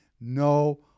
No